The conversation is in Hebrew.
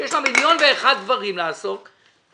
שיש לה מיליון ואחד דברים לעסוק בהם,